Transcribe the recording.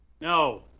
no